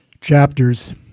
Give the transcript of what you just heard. chapters